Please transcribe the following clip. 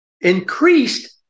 increased